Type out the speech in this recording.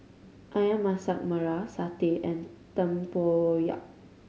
Ayam Masak Merah satay and tempoyak